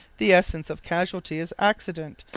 the essence of casualty is accident,